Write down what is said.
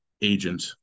agent